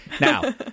Now